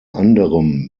anderem